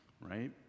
Right